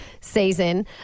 season